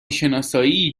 شناسایی